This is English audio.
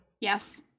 Yes